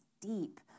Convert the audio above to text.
deep